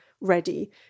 ready